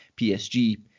PSG